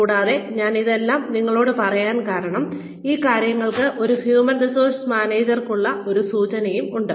കൂടാതെ ഞാൻ ഇതെല്ലാം നിങ്ങളോട് പറയാൻ കാരണം ഈ കാര്യങ്ങൾക്ക് ഒരു ഹ്യൂമൻ റിസോഴ്സ് മാനേജർമാർക്കുള്ള ഒരു സൂചനയുണ്ട്